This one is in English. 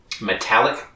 metallic